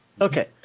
Okay